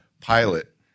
pilot